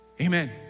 Amen